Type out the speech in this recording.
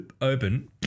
open